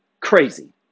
Crazy